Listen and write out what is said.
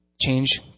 change